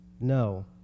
No